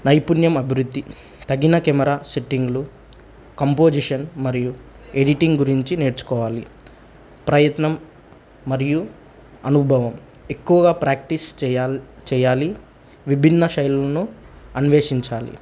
నైపుణ్యం అభివృద్ధి తగిన కెమెరా సెట్టింగ్లు కంపోజిషన్ మరియు ఎడిటింగ్ గురించి నేర్చుకోవాలి ప్రయత్నం మరియు అనుభవం ఎక్కువగా ప్రాక్టీస్ చేయల్ చేయాలి విభిన్న శైలను అన్వేషించాలి